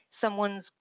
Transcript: someone's